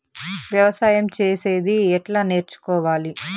వ్యవసాయం చేసేది ఎట్లా నేర్చుకోవాలి?